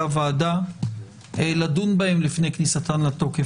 הוועדה לדון בהן לפני כניסתן לתוקף.